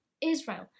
Israel